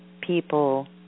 people